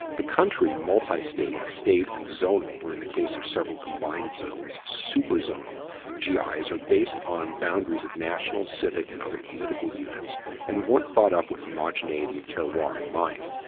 the country, multistate, state and zonal, or in the case of several combined zones, superzonal gi's are based on boundaries national, civic and other political units and weren't thought up with homogeneity of terroir in mind.